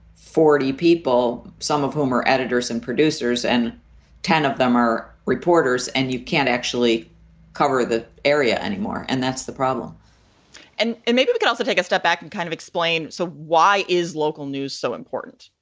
forty people, some of whom are editors and producers and ten of them are reporters. and you can't actually cover the area anymore. and that's the problem and and maybe it can also take a step back and kind of explain. so why is local news so important?